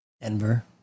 Denver